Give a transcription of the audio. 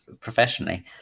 professionally